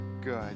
good